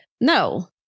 no